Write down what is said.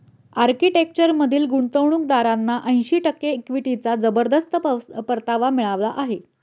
आर्किटेक्चरमधील गुंतवणूकदारांना ऐंशी टक्के इक्विटीचा जबरदस्त परतावा मिळाला आहे